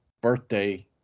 birthday